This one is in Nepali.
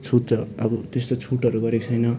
छुट अब तेस्तो छुटहरू गरेको छैन